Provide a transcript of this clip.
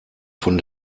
von